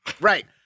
Right